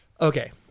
Okay